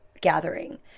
gathering